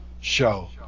show